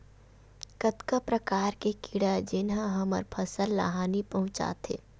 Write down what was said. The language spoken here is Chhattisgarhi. कतका प्रकार के कीड़ा जेन ह हमर फसल ल हानि पहुंचाथे?